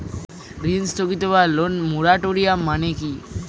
ঋণ স্থগিত বা লোন মোরাটোরিয়াম মানে কি?